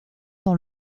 dans